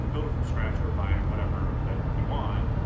build it from scratch or buy or whatever that you want.